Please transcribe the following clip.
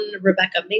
Rebecca